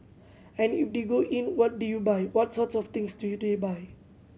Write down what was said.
and if they go in what do you buy what sort of things do they buy